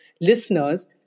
listeners